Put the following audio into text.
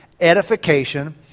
edification